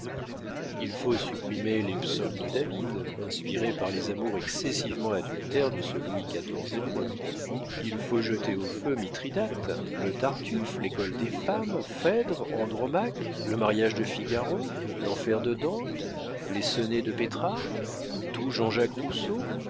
il faut supprimer les psaumes de david inspirés par les amours excessivement adultères de ce louis xiv hébreu il faut jeter au feu mithridate le tartuffe l'école des femmes phèdre andromaque le mariage de figaro l'enfer de dante les sonnets de pétrarque tout jean-jacques rousseau